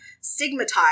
stigmatized